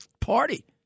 party